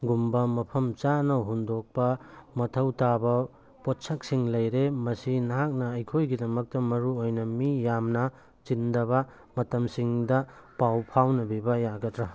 ꯒꯨꯝꯕ ꯃꯐꯝ ꯆꯥꯅ ꯍꯨꯟꯗꯣꯛꯄ ꯃꯊꯧ ꯇꯥꯕ ꯄꯣꯠꯁꯛꯁꯤꯡ ꯂꯩꯔꯦ ꯃꯁꯤ ꯅꯍꯥꯛꯅ ꯑꯩꯈꯣꯏꯒꯤꯗꯃꯛꯇ ꯃꯔꯨ ꯑꯣꯏꯅ ꯃꯤ ꯌꯥꯝꯅ ꯆꯤꯟꯗꯕ ꯃꯇꯝꯁꯤꯡꯗ ꯄꯥꯎ ꯐꯥꯎꯅꯕꯤꯕ ꯌꯥꯒꯗ꯭ꯔꯥ